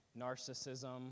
narcissism